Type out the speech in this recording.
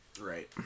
Right